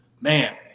man